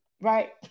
right